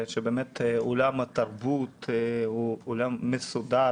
שבאמת עולם התרבות הוא עולם מסודר